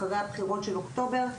אחרי הבחירות של אוקטובר,